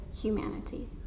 humanity